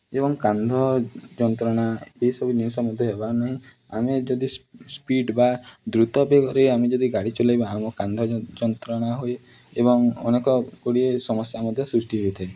ଏବଂ କାନ୍ଧ ଯନ୍ତ୍ରଣା ଏସବୁ ଜିନିଷ ମଧ୍ୟ ହେବାର ନାହିଁ ଆମେ ଯଦି ସ୍ପିଡ଼୍ ବା ଦ୍ରୁତ ବେଗରେ ଆମେ ଯଦି ଗାଡ଼ି ଚଲାଇବା ଆମ କାନ୍ଧ ଯନ୍ତ୍ରଣା ହୁଏ ଏବଂ ଅନେକ ଗୁଡ଼ିଏ ସମସ୍ୟା ମଧ୍ୟ ସୃଷ୍ଟି ହୋଇଥାଏ